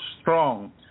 strong